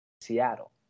Seattle